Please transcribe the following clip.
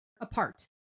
apart